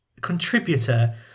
contributor